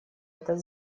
этот